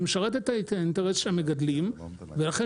היא משרתת את האינטרס של המגדלים ולכן